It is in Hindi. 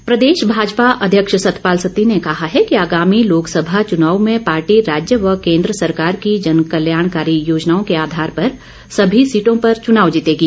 सत्ती प्रदेश भाजपा अध्यक्ष सतपाल सत्ती ने कहा है कि आगामी लोकसभा चुनाव में पार्टी राज्य व केन्द्र सरकार की जनकल्याणकारी योजनाओं के आधार पर सभी सीटों पर चुनाव जीतेगी